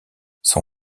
son